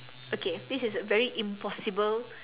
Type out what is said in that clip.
okay this is very impossible